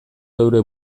geure